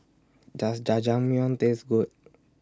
Does Jajangmyeon Taste Good